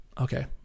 Okay